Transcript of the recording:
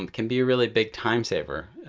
um can be a really big time-saver,